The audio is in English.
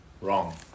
wrong